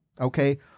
okay